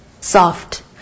soft